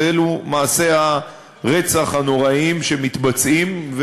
ואלו מעשי הרצח הנוראיים שמתבצעים,